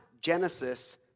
Genesis